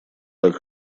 так